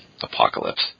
Apocalypse